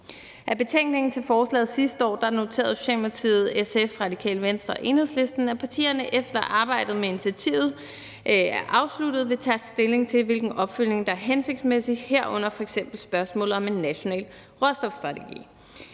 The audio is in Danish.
I betænkningen til forslaget sidste år noterede Socialdemokratiet, SF, Radikale Venstre og Enhedslisten, at partierne, efter at arbejdet med initiativet er afsluttet, vil tage stilling til, hvilken opfølgning der er hensigtsmæssig, herunder f.eks. spørgsmålet om en national råstofstrategi.